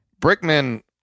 Brickman